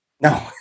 No